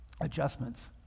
adjustments